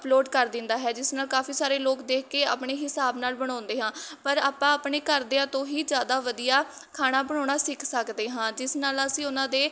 upload ਕਰ ਦਿੰਦਾ ਹੈ ਜਿਸ ਨਾਲ ਕਾਫੀ ਸਾਰੇ ਲੋਕ ਦੇਖ ਕੇ ਆਪਣੇ ਹੀ ਹਿਸਾਬ ਨਾਲ ਬਣਾਉਂਦੇ ਹਾਂ ਪਰ ਆਪਾਂ ਆਪਣੇ ਘਰਦਿਆਂ ਤੋਂ ਹੀ ਜ਼ਿਆਦਾ ਵਧੀਆ ਖਾਣਾ ਬਣਾਉਣਾ ਸਿੱਖ ਸਕਦੇ ਹਾਂ ਜਿਸ ਨਾਲ ਅਸੀਂ ਉਹਨਾਂ ਦੇ